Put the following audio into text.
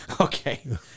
Okay